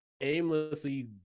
aimlessly